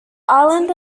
island